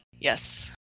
Yes